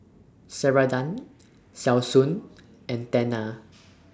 Ceradan Selsun and Tena